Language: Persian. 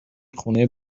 خونه